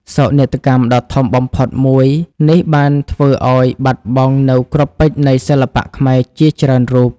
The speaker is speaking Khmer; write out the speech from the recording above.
សោកនាដកម្មដ៏ធំបំផុតមួយនេះបានធ្វើឲ្យបាត់បង់នូវ គ្រាប់ពេជ្រនៃសិល្បៈខ្មែរជាច្រើនរូប។